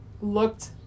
looked